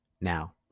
Now